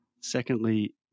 Secondly